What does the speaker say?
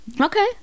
Okay